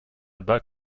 bas